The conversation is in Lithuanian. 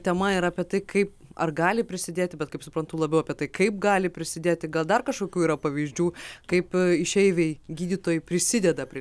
tema yra apie tai kaip ar gali prisidėti bet kaip suprantu labiau apie tai kaip gali prisidėti gal dar kažkokių yra pavyzdžių kaip išeiviai gydytojai prisideda prie